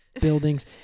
buildings